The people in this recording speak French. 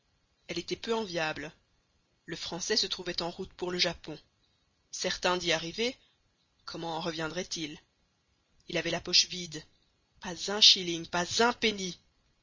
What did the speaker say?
elle était peu enviable le français se trouvait en route pour le japon certain d'y arriver comment en reviendrait-il il avait la poche vide pas un shilling pas un penny